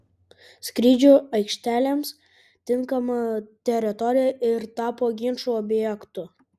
skrydžių aikštelėms tinkama teritorija ir tapo ginčų objektu